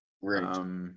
Right